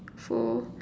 four